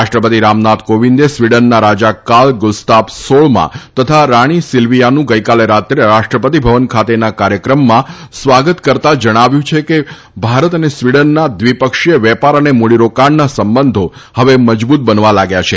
રાષ્ટ્રપતિ રામનાથ કોવિંદે સ્વીડનના રાજા કાર્લ ગુસ્તાફ સોળમાં તથા રાણી સીલ્વીયાનું ગઇકાલે રાત્રે રાષ્ટ્રપતિ ભવન ખાતેના કાર્યક્રમમાં સ્વાગત કરતા જણાવ્યું છે કે ભારત અને સ્વીડનના દ્વિપક્ષીય વેપાર અને મુડીરોકાણના સંબંધો હવે મજબુત બનવા લાગ્યા છે